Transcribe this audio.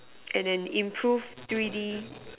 and an improved three D